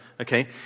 okay